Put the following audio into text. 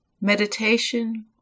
meditation